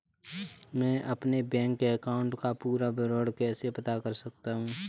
मैं अपने bank account का पूरा विवरण कैसे पता कर सकता हूँ?